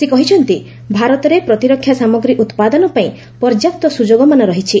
ସେ କହିଛନ୍ତି ଭାରତରେ ପ୍ରତିରକ୍ଷା ସାମଗ୍ରୀ ଉତ୍ପାଦନ ପାଇଁ ପର୍ଯ୍ୟାପ୍ତ ସୁଯୋଗମାନ ରହିଛି